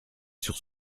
sur